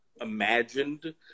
imagined